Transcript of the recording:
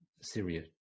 syria